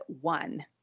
one